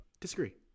Disagree